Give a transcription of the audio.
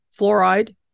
fluoride